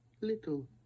little